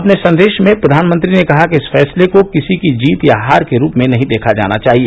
अपने संदेश में प्रधानमंत्री ने कहा कि इस फैसले को किसी की जीत या हार के रूप में नहीं देखा जाना चाहिए